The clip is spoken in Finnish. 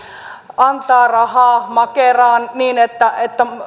antaa rahaa makeraan niin että